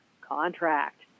contract